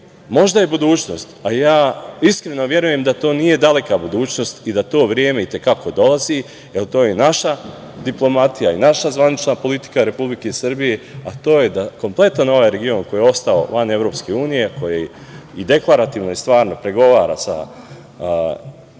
možda je budućnost, a ja iskreno verujem da to nije daleka budućnost i da to vreme i te kako dolazi, jer to je naša diplomatija i naša zvanična politika Republike Srbije, a to je da kompletan ovaj region koji je ostao van EU, koji i deklarativno i stvarno pregovara sa ne samo